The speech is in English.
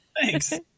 Thanks